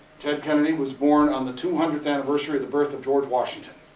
ted kennedy, was born on the two hundredth anniversary of the birth of george washington,